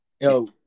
yo